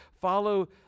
Follow